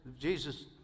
Jesus